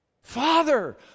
Father